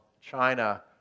China